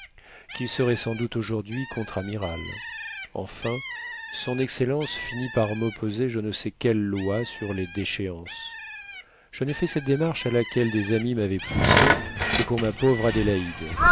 qu'il serait sans doute aujourd'hui contre amiral enfin son excellence finit par m'opposer je ne sais quelle loi sur les déchéances je n'ai fait cette démarche à laquelle des amis m'avaient poussée que pour ma pauvre adélaïde